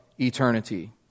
eternity